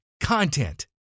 content